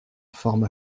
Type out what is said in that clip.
forme